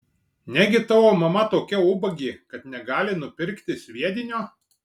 negi tavo mama tokia ubagė kad negali nupirkti sviedinio